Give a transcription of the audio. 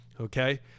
okay